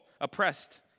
oppressed